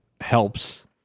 helps